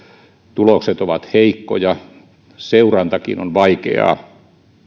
tulokset ovat heikkoja seurantakin on vaikeaa